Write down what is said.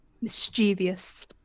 mischievous